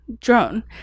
Drone